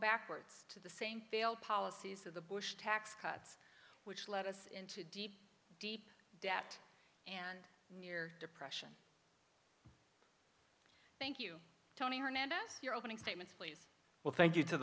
backwards to the same failed policies of the bush tax cuts which led us into deep deep debt and near depression thank you tony hernandez your opening statements please well thank you to